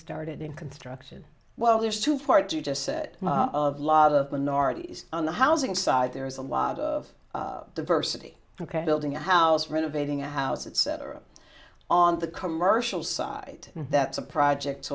started in construction well there's two parts you just said of lot of minorities on the housing side there is a lot of diversity ok building a house renovating a house etc on the commercial side that's a project